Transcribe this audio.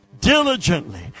diligently